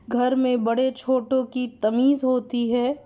گھر میں بڑے چھوٹوں کی تمیز ہوتی ہے